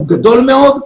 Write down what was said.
הוא גדול מאוד,